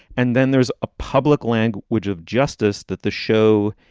and then there's a public language of justice that the show.